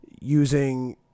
using –